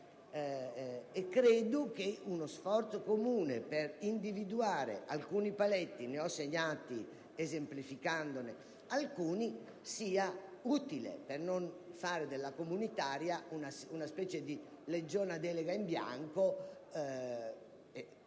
e credo che uno sforzo comune per individuare alcuni paletti - ne ho indicati, esemplificando, alcuni - sia utile per non fare della comunitaria una specie di grande legge delega in bianco: